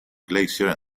glacier